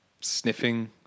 sniffing